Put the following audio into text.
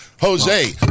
Jose